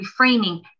reframing